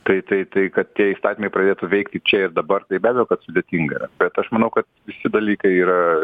tai tai tai kad tie įstatymai pradėtų veikti čia ir dabar tai be abejo kad sudėtinga yra bet aš manau kad visi dalykai yra